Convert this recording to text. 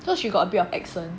so she got a bit of accent